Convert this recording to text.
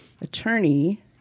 attorney